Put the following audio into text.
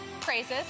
praises